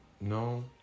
No